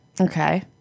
Okay